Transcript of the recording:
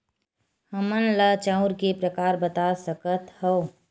हमन ला चांउर के प्रकार बता सकत हव?